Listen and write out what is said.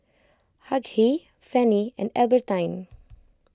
Hughie Fanny and Albertine